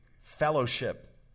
fellowship